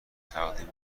تقدیم